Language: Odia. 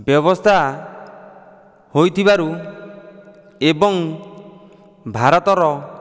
ବ୍ୟବସ୍ଥା ହୋଇଥିବାରୁ ଏବଂ ଭାରତର